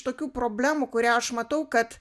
tokių problemų kurią aš matau kad